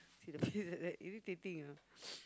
see the peas like that irritating ah